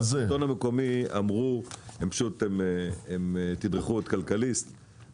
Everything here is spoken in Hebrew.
לשלטון המקומי אמרו הם תדרכו את כלכליסט